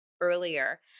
earlier